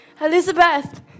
Elizabeth